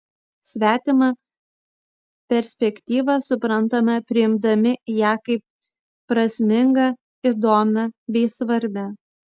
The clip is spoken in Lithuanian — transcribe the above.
svetimą perspektyvą suprantame priimdami ją kaip prasmingą įdomią bei svarbią